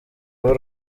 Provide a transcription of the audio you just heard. w’u